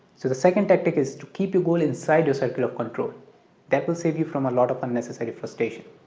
so the second tactic is to keep the goal inside your circle of control that will save you from a lot of unnecessary frustration.